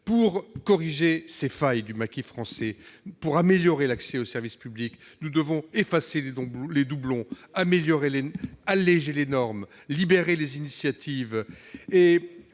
Pour corriger ces failles du maquis français, améliorer l'accès aux services publics, nous devons effacer les doublons, alléger les normes, libérer les initiatives.